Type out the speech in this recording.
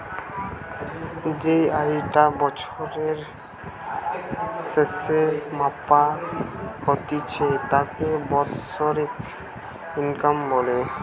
যেই আয়ি টা বছরের স্যাসে মাপা হতিছে তাকে বাৎসরিক ইনকাম বলে